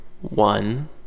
one